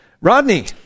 Rodney